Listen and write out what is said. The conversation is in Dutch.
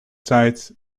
tijd